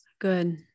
Good